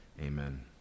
amen